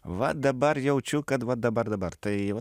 va dabar jaučiu kad va dabar dabar tai va